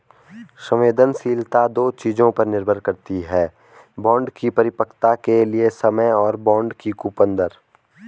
संवेदनशीलता दो चीजों पर निर्भर करती है बॉन्ड की परिपक्वता के लिए समय और बॉन्ड की कूपन दर